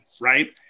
right